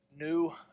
New